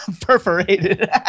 Perforated